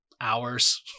hours